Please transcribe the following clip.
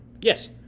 Yes